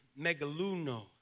megaluno